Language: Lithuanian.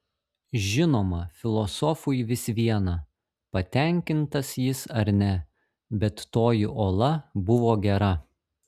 žinoma filosofui vis viena patenkintas jis ar ne bet toji ola buvo gera